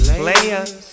players